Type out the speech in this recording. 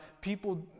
people